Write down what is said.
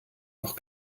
doch